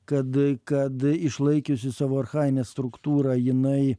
kad kad išlaikiusi savo archajinę struktūrą jinai